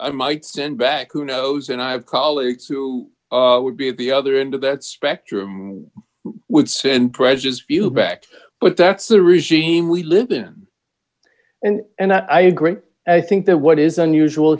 i might stand back who knows and i have colleagues who would be at the other end of that spectrum would say and prejudiced view backed but that's the regime we live in and and i agree i think that what is unusual